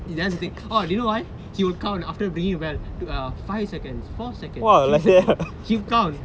that's the thing orh do you know why he will count after ringing the bell err five seconds four seconds three seconds he'll count